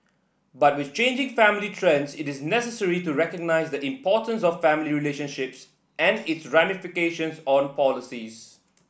but with changing family trends it is necessary to recognise the importance of family relationships and its ramifications on policies